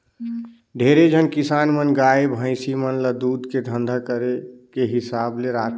ढेरे झन किसान मन गाय, भइसी मन ल दूद के धंधा करे के हिसाब ले राखथे